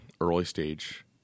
early-stage